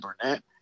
Burnett